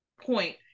point